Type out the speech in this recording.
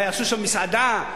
מה, יעשו שם, מסעדה?